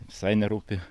visai nerūpi